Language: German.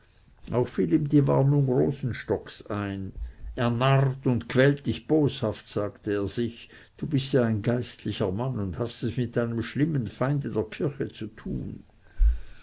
auch fiel ihm die warnung rosenstocks ein er narrt und quält dich boshaft sagte er sich du bist ja ein geistlicher mann und hast es mit einem schlimmen feinde der kirche zu tun